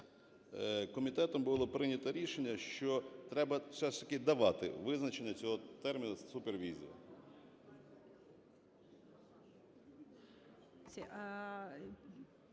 Комітетом було прийнято рішення, що треба все ж таки давати визначення цього терміну - "супервізія".